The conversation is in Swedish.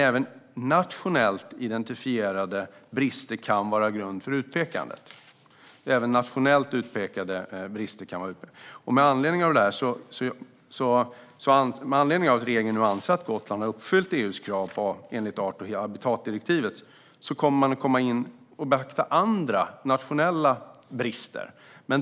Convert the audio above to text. Även nationellt identifierade brister kan vara grund för utpekandet. Med anledning av att regeringen nu anser att Gotland har uppfyllt EU:s krav enligt art och habitatdirektivet kommer man att komma in och beakta andra, nationella brister.